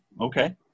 okay